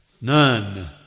None